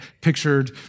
pictured